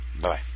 Bye